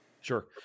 Sure